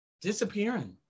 disappearing